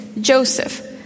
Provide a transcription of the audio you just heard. Joseph